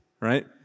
right